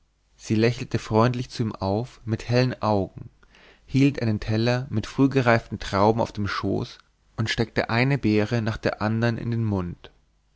sie lächelte freundlich zu ihm auf mit hellen augen hielt einen teller mit frühgereiften trauben auf dem schoß und steckte eine beere nach der andern in den mund